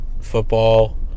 football